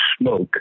smoke